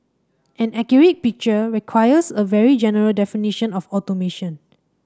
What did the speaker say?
an accurate picture requires a very general definition of automation